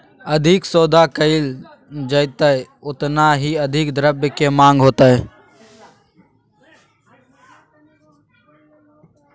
अधिक सौदा कइल जयतय ओतना ही अधिक द्रव्य के माँग होतय